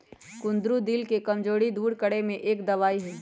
कुंदरू दिल के कमजोरी दूर करे में एक दवाई हई